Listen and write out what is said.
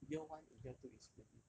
year one and year two is really